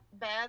bad